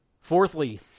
Fourthly